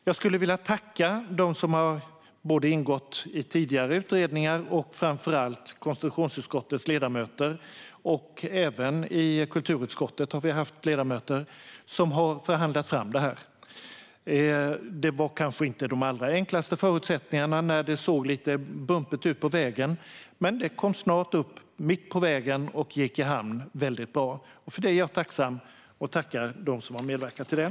Jag skulle vilja tacka dem som har ingått i tidigare utredningar och framför allt konstitutionsutskottets ledamöter. Även ledamöter i kulturutskottet har varit med och förhandlat fram detta. Förutsättningarna kanske inte var de allra bästa, och det såg lite guppigt ut på vägen. Men vi kom snart upp mitt på vägen och gick i mål. För det är jag tacksam och tackar dem som har medverkat till det.